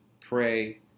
Pray